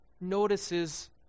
notices